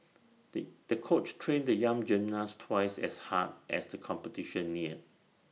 did the coach trained the young gymnast twice as hard as the competition neared